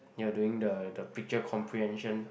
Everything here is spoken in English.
you're doing the the picture comprehension